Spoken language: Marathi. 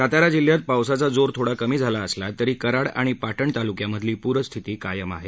सातारा जिल्ह्यात पावसाचा जोर थोडा कमी झाला असला तरी कराङ आणि पाटण ताल्क्यामधली प्रस्थिती कायम आहे